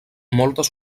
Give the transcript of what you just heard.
moltes